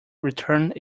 returned